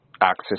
access